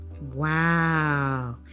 Wow